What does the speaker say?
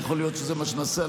יכול להיות שזה מה שנעשה.